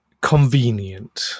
convenient